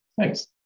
Thanks